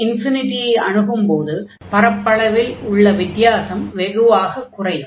n ஐ அணுகும்போது பரப்பளவில் உள்ள வித்தியாசம் வெகுவாகக் குறையும்